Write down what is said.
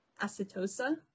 acetosa